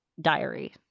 diary